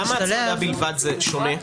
למה ההצמדה בלבד זה שונה?